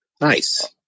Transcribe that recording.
Nice